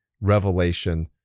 Revelation